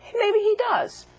maybe he does